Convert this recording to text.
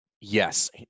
yes